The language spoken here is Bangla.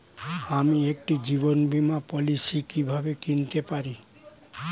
আমি একটি জীবন বীমা পলিসি কিভাবে কিনতে পারি?